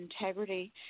integrity